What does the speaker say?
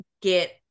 get